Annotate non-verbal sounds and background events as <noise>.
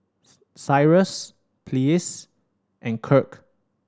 <unintelligible> Cyrus Pleas and Kirk